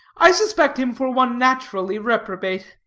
i suspect him for one naturally reprobate.